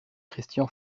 christian